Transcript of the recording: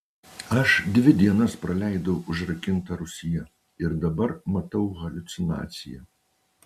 aš dvi dienas praleidau užrakinta rūsyje ir dabar matau haliucinaciją